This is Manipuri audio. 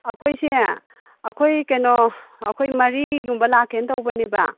ꯑꯩꯈꯣꯏꯁꯦ ꯑꯩꯈꯣꯏ ꯀꯩꯅꯣ ꯑꯩꯈꯣꯏ ꯃꯔꯤꯒꯨꯝꯕ ꯂꯥꯛꯀꯦꯅ ꯇꯧꯕꯅꯦꯕ